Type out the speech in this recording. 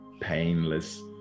painless